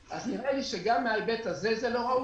נראה לי שגם מההיבט הזה זה לא ראוי.